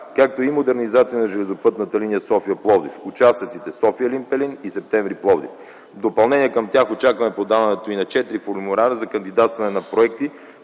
както и модернизация на жп линията София-Пловдив; участъците София-Елин Пелин и Септември-Пловдив. В допълнение към тях очакваме подаването и на четири формуляра за кандидатстване на проекти